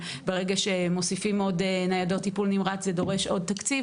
ברגע שמוסיפים עוד ניידות טיפול נמרץ זה דורש עוד תקציב,